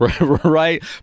Right